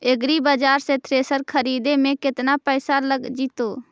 एग्रिबाजार से थ्रेसर खरिदे में केतना पैसा लग जितै?